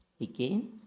again